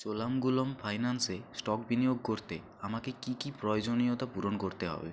Cholamandalam finance এ stock বিনিয়োগ করতে আমাকে কী কী প্রয়োজনীয়তা পূরণ করতে হবে